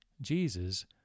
Jesus